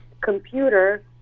computer